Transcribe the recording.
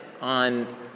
on